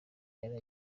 yari